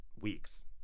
weeks